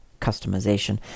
customization